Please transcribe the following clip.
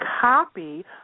copy